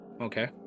Okay